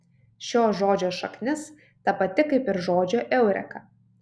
šio žodžio šaknis ta pati kaip ir žodžio eureka